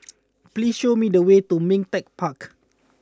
please show me the way to Ming Teck Park